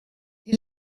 les